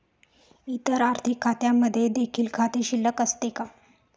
इतर आर्थिक खात्यांमध्ये देखील खाते शिल्लक असते का?